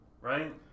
Right